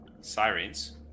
Sirens